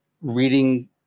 reading